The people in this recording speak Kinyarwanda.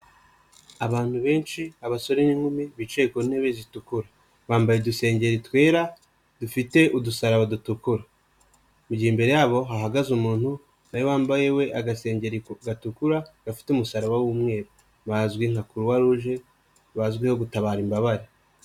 Abantu benshi abasore n'inkumi bicaye ku ntebe zitukura, bambaye udusengeri twera dufite udusaraba dutukura, mugihe imbere yabo hahagaze umuntu nawe wambaye we agasengeri gatukura gafite umusaraba w'umweru, bazwi nka Kuruwaruje, bazwiho gutabara imbabare.